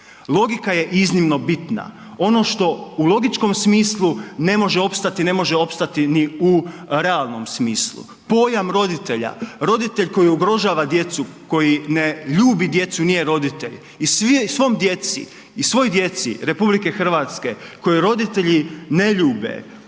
Logika je iznimno bitna, ono što u logičkom smislu ne može opstati ne može opstati ni u realnom smislu. Pojam roditelja, roditelj koji ugrožava djecu koji ne ljubi djecu nije roditelj. I svoj djeci RH koje roditelji ne ljube,